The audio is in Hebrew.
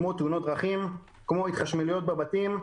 כמו תאונות דרכים והתחשמלות בבתים.